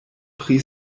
pri